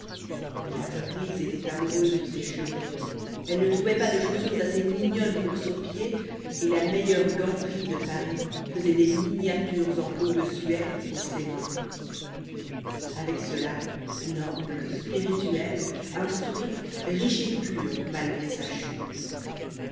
la brise était amoureuse de ses cheveux elle ne trouvait pas de chaussures assez mignonnes pour son pied et la meilleure ganterie de paris faisait des miniatures en peau de suède pour ses mains avec cela noble spirituelle instruite riche et pure malgré sa chute